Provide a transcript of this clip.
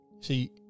see